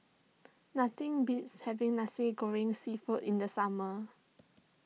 nothing beats having Nasi Goreng Seafood in the summer